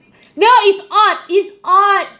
no it's odd it's odd